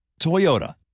Toyota